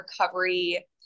recovery